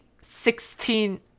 sixteen